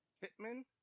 Pittman